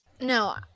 No